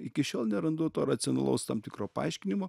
iki šiol nerandu to racionalaus tam tikro paaiškinimo